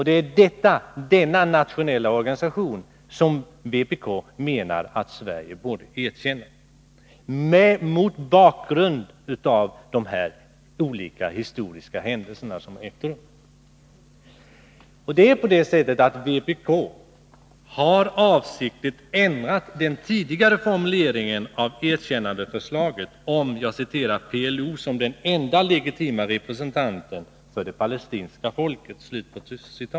Det är denna nationella organisation som vpk menar att Sverige borde erkänna — mot bakgrund av de olika historiska händelser som har ägt rum. Vpk har avsiktligt ändrat den tidigare formuleringen av erkännandeförslaget om ”PLO som den enda legitima representanten för det Palestinska folket”.